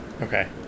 Okay